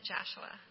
Joshua